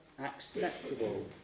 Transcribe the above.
Acceptable